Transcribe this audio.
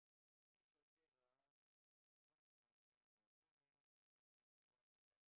this subject ah is come to my sense ah so many people said they want to help